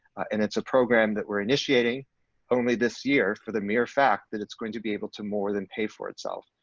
and it's a program that we're initiating only this year for the mere fact that it's going to be able to more than pay for itself.